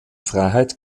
freiheit